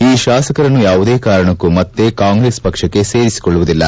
ಈ ಶಾಸಕರನ್ನು ಯಾವುದೇ ಕಾರಣಕ್ಕೂ ಮತ್ತೆ ಕಾಂಗ್ರೆಸ್ ಪಕ್ಷಕ್ಕೆ ಸೇರಿಸಿಕೊಳ್ಳುವುದಿಲ್ಲ